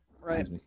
Right